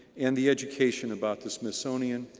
and the education about the smithsonian,